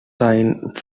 signed